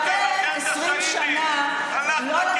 איתך אין מה